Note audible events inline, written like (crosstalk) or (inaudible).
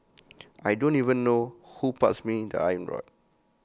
(noise) I don't even know who passed me the iron rod